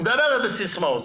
את מדברת בסיסמאות.